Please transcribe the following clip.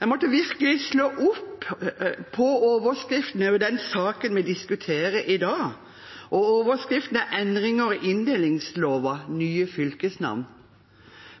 Jeg måtte virkelig slå opp og lese overskriften i den saken vi diskuterer i dag. Overskriften er: Endringer i inndelingslova .